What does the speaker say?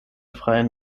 freien